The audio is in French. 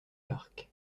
parc